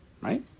right